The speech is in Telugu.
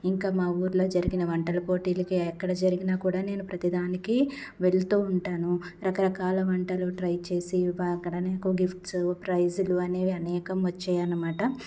ఇంకా మా ఊర్లో జరిగిన వంటల పోటీలకి ఎక్కడ జరిగినా కూడా నేను ప్రతిదానికి వెళుతూ ఉంటాను రకరకాల వంటలు ట్రై చేసి అక్కడ నాకు గిఫ్ట్స్ ప్రైసులు అనేవి అనేకం వచ్చాయనమాట